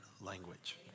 language